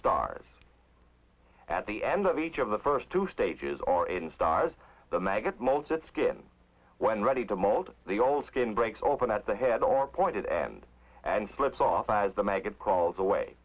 stars at the end of each of the first two stages are in stars the maggots molds its skin when ready to mold the old skin breaks open at the head or pointed and and slips off as the maggot crawls away